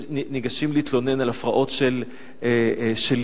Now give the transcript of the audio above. ניגשים להתלונן על הפרעות של לכלוך.